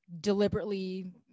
deliberately